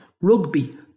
rugby